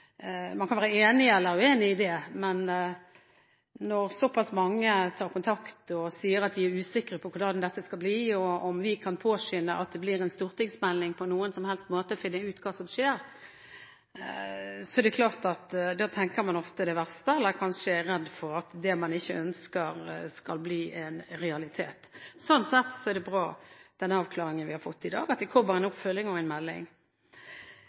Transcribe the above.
Man kan være enig eller uenig i det, men når såpass mange tar kontakt og sier at de er usikre på hvordan dette skal bli, og om vi kan påskynde at det blir en stortingsmelding og på noen som helst måte finne ut hva som skjer, er det klart at da tenker man ofte det verste eller er kanskje redd for det man ikke ønsker, skal bli en realitet. Sånn sett er det bra med den avklaringen vi har fått i dag: at det kommer en oppfølging og en melding.